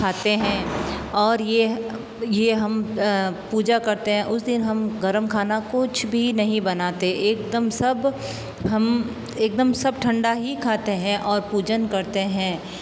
खाते हैं और ये ये हम पूजा करते हैं उस दिन हम गर्म खाना कुछ भी नहीं बनाते एकदम सब हम एकदम सब ठंडा ही खाते हैं और पूजन करते हैं